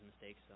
mistakes